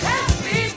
Happy